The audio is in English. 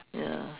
ya